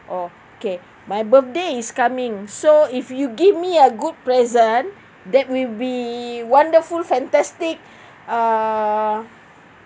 okay my birthday is coming so if you give me a good present that will be wonderful fantastic uh